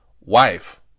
wife